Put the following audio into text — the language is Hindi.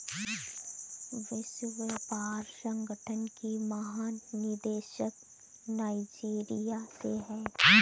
विश्व व्यापार संगठन की महानिदेशक नाइजीरिया से है